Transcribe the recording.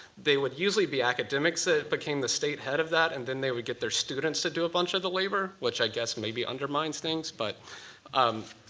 they would usually be academics that became the state head of that. and then they would get their students to do a bunch of the labor, which i guess maybe undermines things. but um